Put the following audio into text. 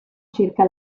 circa